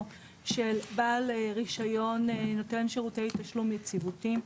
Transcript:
של בעל רישיון נותן שירותי תשלום יציבותיים.